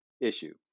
issue